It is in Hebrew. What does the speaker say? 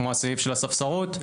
כמו הסעיף של הספסרות,